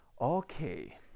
okay